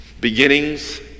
Beginnings